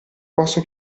posso